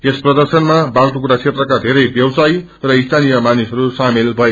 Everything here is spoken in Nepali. यस प्रर्दशनमा बाघडुप्रा क्षेत्रका धेरै व्यवसायी र सीनीय मानिसहरू सामेल भए